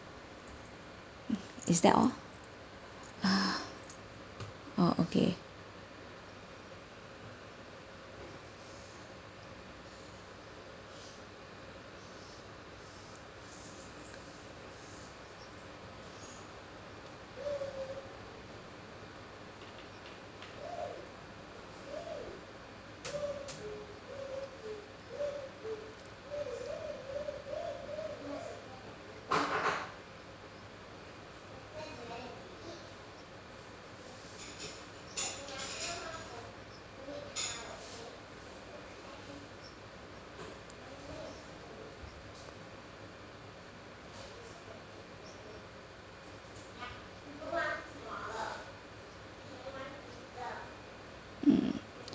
is that all ah oh okay ugh